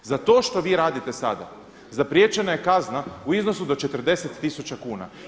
Za to što vi radite sada zapriječena je kazna u iznosu do 40 tisuća kuna.